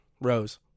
rose